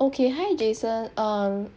okay hi jason um